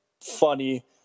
funny